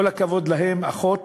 עם כל הכבוד להם, אחות